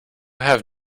have